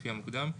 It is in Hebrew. לפי המוקדם,